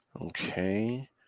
Okay